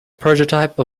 prototype